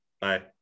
bye